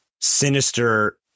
sinister